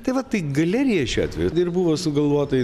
tai vat tai galerija šiuo atveju ir buvo sugalvota